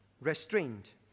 restraint